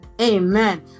Amen